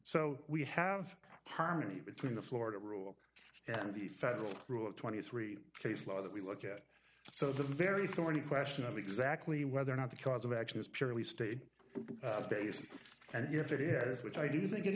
so we have harmony between the florida rule and the federal rule twenty three case law that we look at so the very thorny question of exactly whether or not the cause of action is purely state of days and if it is yes which i do think it